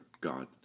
God